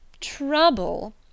Trouble